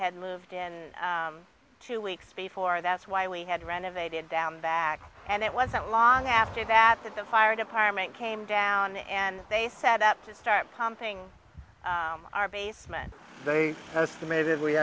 had moved in two weeks before that's why we had renovated down back and it wasn't long after that that the fire department came down and they set up to start pumping our basement they estimated we